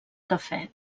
cafè